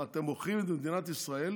מה, אתם מוכרים את מדינת ישראל